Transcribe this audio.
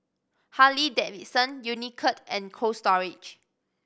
Harley Davidson Unicurd and Cold Storage